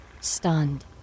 Stunned